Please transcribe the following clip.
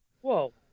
Whoa